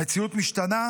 המציאות משתנה,